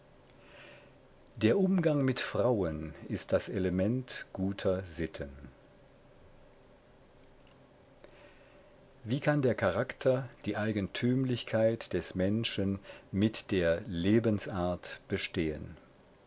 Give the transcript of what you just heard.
der umgang mit frauen ist das element guter sitten wie kann der charakter die eigentümlichkeit des menschen mit der lebensart bestehen